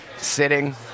Sitting